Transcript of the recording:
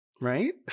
Right